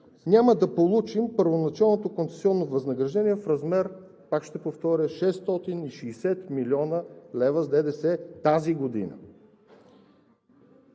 няма да получим първоначалното концесионно възнаграждение в размер, пак ще повторя, на 660 млн. лв. с ДДС тази година,